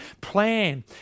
Plan